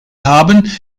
haben